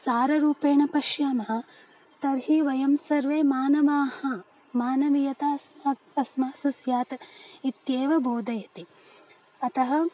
साररूपेण पश्यामः तर्हि वयं सर्वे मानवाः मानवीयता अस्माकम् अस्मासु स्यात् इत्येव बोधयति अतः